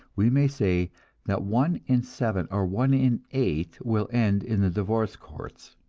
we may say that one in seven or one in eight will end in the divorce courts.